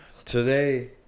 Today